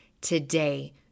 Today